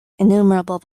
innumerable